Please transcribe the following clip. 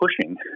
pushing